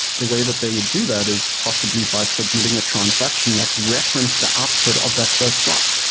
the way that they would do that is possibly by submitting a transaction that referenced the output of that first block,